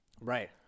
right